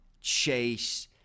Chase